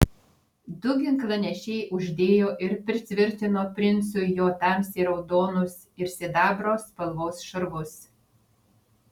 du ginklanešiai uždėjo ir pritvirtino princui jo tamsiai raudonus ir sidabro spalvos šarvus